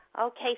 Okay